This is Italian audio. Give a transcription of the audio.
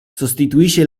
sostituisce